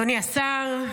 אדוני השר,